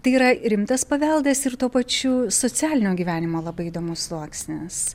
tai yra rimtas paveldas ir tuo pačiu socialinio gyvenimo labai įdomus sluoksnis